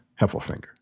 Heffelfinger